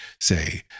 say